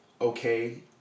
okay